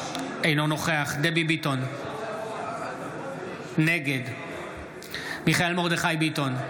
אינו נוכח דבי ביטון, נגד מיכאל מרדכי ביטון,